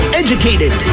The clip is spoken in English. educated